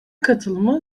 katılımı